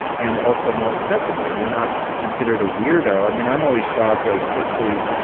and also more acceptable. you're not considered a weirdo i mean, i'm always shocked, like especially,